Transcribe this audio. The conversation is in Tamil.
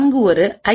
அங்குஒரு ஐ